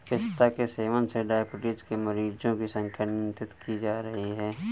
पिस्ता के सेवन से डाइबिटीज के मरीजों की संख्या नियंत्रित की जा रही है